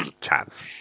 chance